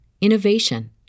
innovation